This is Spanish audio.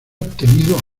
obtenido